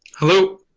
hello?